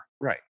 Right